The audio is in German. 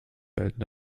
gelten